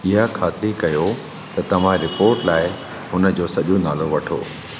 इहा ख़ातिरी कयो त तव्हां रिपोट लाइ हुन जो सॼो नालो वठो